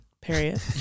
period